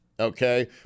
Okay